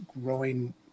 growing